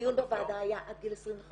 הדיון בוועדה היה עד גיל 25